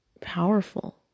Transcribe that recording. powerful